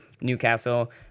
Newcastle